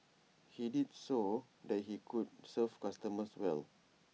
he did IT so that he could serve customers well